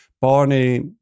Barney